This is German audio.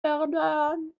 werden